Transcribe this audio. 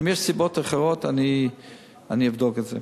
אם יש סיבות אחרות, אני אבדוק את זה.